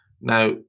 Now